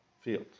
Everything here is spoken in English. field